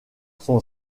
son